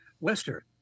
Wester